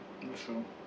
think so